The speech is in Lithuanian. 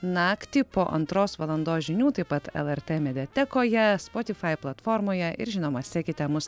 naktį po antros valandos žinių taip pat lrt mediatekoje spotyfai platformoje ir žinoma sekite mus